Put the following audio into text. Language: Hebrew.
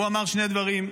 והוא אמר שני דברים.